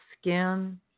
skin